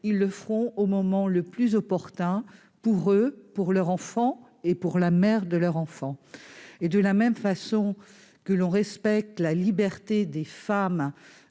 ils le feront au moment le plus opportun pour eux, pour leur enfant et pour la mère de leur enfant. De la même façon que l'on respecte la liberté des femmes